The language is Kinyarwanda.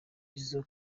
izo